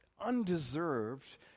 undeserved